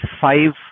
five